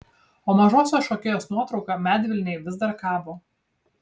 o mažosios šokėjos nuotrauka medvilnėj vis dar kabo